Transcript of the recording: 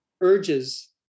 urges